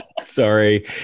sorry